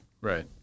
Right